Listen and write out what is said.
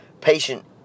Patient